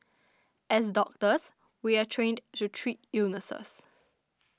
as doctors we are trained to treat illnesses